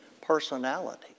personality